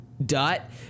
dot